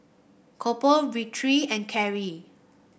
Coby Victory and Carie